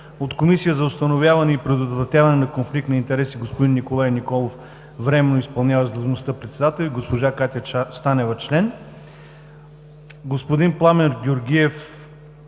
от Комисия за установяване и предотвратяване на конфликт на интереси господин Николай Николов – временно изпълняващ длъжността председател, и госпожа Катя Станева – член; от Комисията за